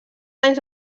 anys